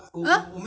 !huh!